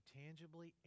tangibly